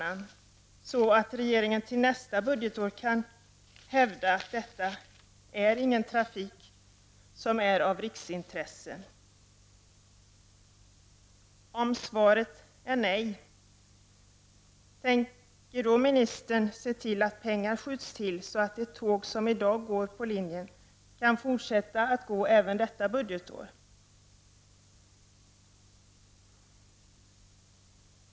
Kan i så fall regeringen inför nästa budgetår hävda att detta inte är någon trafik av riksintresse? Om svaret är nej, tänker då ministern se till att pengar skjuts till så att de tåg som i dag går på linjen kan fortsätta att göra det även detta budgetår?